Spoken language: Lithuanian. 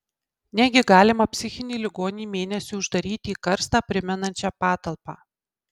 negi galima psichinį ligonį mėnesiui uždaryti į karstą primenančią patalpą